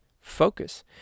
focus